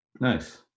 Nice